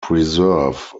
preserve